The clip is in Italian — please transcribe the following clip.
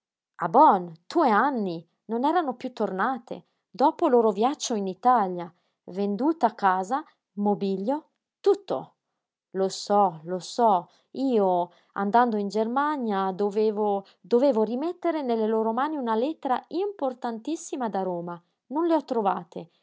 a bonn tue anni non erano piú tornate dopo loro viatcio in italia venduta casa mobilio tutto lo so lo so io andando in germania dovevo dovevo rimettere nelle loro mani una lettera importantissima da roma non le ho trovate